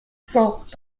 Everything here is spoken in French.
cent